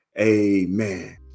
Amen